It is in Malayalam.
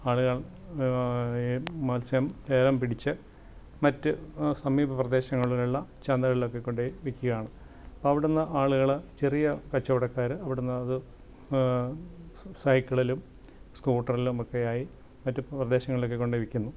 ആദ്യം ഈ മത്സ്യം ലേലം പിടിച്ച് മറ്റു സമീപപ്രദേശങ്ങളിലുള്ള ചന്തകളിലൊക്കെ കൊണ്ടുപോയി വിൽക്കുകയാണ് അപ്പം അവിടുന്ന് ആളുകൾ ചെറിയ കച്ചവടക്കാർ അവിടുന്നത് സൈക്കിളിലും സ്കൂട്ടറിലുമൊക്കെ ആയി മറ്റ് പ്രദേശങ്ങളിലൊക്കെ കൊണ്ട് പോയി വിൽക്കുന്നു